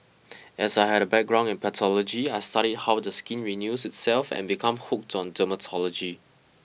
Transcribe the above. as I had a background in pathology I studied how the skin renews itself and become hooked on dermatology